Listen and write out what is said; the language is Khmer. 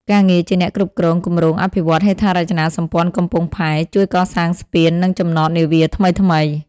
ការងារជាអ្នកគ្រប់គ្រងគម្រោងអភិវឌ្ឍន៍ហេដ្ឋារចនាសម្ព័ន្ធកំពង់ផែ ជួយកសាងស្ពាន និងចំណតនាវាថ្មីៗ។